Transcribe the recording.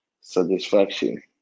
satisfaction